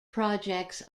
projects